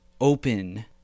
open